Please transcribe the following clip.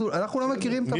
אנחנו לא מכירים את הפרוצדורה.